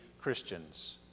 Christians